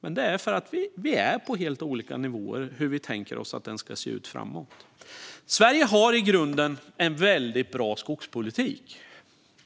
Vi är nämligen på helt olika nivåer när det gäller hur vi tänker att skogspolitiken ska se ut framöver. Sverige har en i grunden väldigt bra skogspolitik.